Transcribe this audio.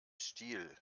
stiel